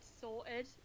sorted